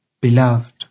Beloved